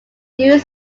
used